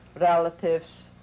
relatives